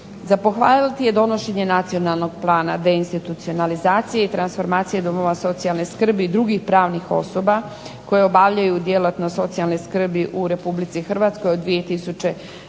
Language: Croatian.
Za pohvaliti je donošenje Nacionalnog plana deinstitucionalizacije i transformacije domova socijalne skrbi i drugih pravnih osoba koje obavljaju djelatnost socijalne skrbi u Republici Hrvatskoj od 2011.